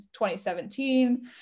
2017